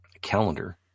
calendar